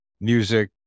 music